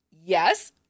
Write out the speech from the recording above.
yes